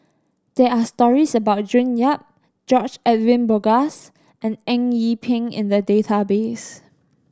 there are stories about June Yap George Edwin Bogaars and Eng Yee Peng in the database